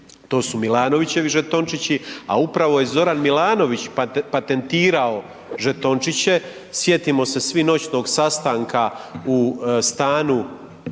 to su MIlanovićevi žetončići, a upravo je Zoran Milanović patentirao žetončiće. Sjetimo se svi noćnog sastanka u stanu